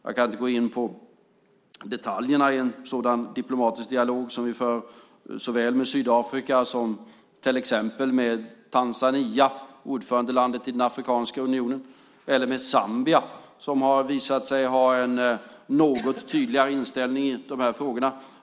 Jag ska inte gå in på detaljerna i en sådan diplomatisk dialog som vi för såväl med Sydafrika som till exempel med Tanzania, ordförandelandet i Afrikanska unionen, eller med Zambia, som har visat sig ha en något tydligare inställning i de här frågorna.